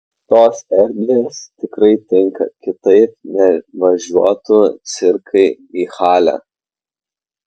tos erdvės tikrai tinka kitaip nevažiuotų cirkai į halę